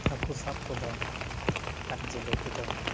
ᱦᱟᱠᱚ ᱥᱟᱵᱽ ᱠᱚᱫᱚ ᱟᱨ ᱡᱮᱞᱮ ᱠᱚᱫᱚ